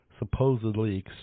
Supposedly